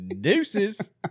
Deuces